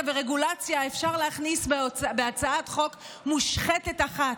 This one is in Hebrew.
ברגולציה אפשר להכניס בהצעת חוק מושחתת אחת.